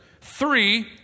three